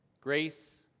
Grace